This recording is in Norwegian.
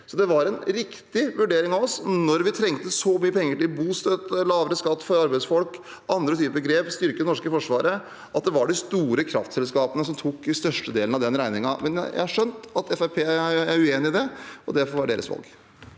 Det var en riktig vurdering av oss – når vi trengte så mye penger til bostøtte, lavere skatt for arbeidsfolk og andre typer grep, som å styrke det norske forsvaret – at det var de store kraftselskapene som tok størstedelen av den regningen. Men jeg har skjønt at Fremskrittspartiet er uenig i det, og det får være deres valg.